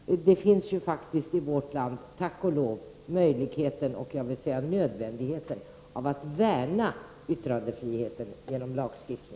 I vårt land finns det faktiskt, tack och lov, möjlighet, vilket är nödvändigt, att värna yttrandefriheten genom lagstiftning.